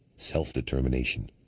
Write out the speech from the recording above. self-determination.